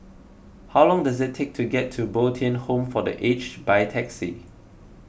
how long does it take to get to Bo Tien Home for the Aged by taxi